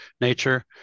nature